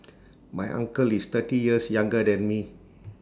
my uncle is thirty years younger than me